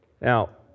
Now